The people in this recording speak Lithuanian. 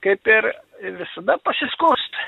kaip ir visada pasiskųst